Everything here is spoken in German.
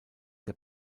der